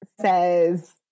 says